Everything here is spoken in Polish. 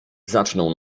zaczną